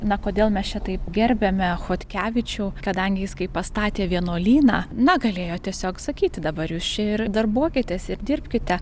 na kodėl mes čia taip gerbiame chodkevičių kadangi jis kai pastatė vienuolyną na galėjo tiesiog sakyti dabar jūs čia ir darbuokitės ir dirbkite